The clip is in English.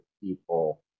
people